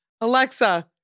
Alexa